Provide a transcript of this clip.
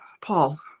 paul